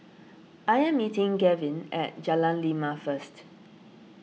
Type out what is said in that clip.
I am meeting Gavin at Jalan Lima first